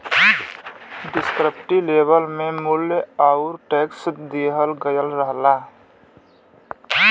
descriptive label में मूल्य आउर टैक्स दिहल गयल रहला